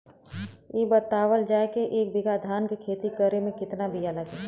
इ बतावल जाए के एक बिघा धान के खेती करेमे कितना बिया लागि?